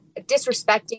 disrespecting